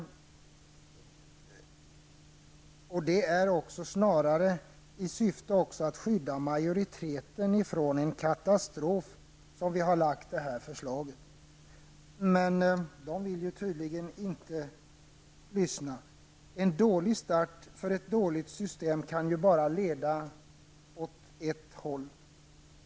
Vi har lagt fram detta förslag även för att skydda majoriteten från en katastrof, men den vill tydligen inte lyssna. En dålig start för ett dåligt system kan bara leda åt ett håll.